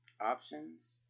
Options